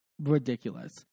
ridiculous